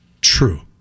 True